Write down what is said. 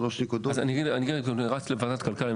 אני רק אסיים כי אני רץ לוועדת כלכלה.